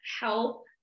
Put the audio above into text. help